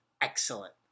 excellent